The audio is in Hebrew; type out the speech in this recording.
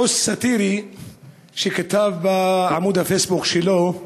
פוסט סאטירי שכתב בעמוד הפייסבוק שלו,